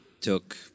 took